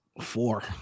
Four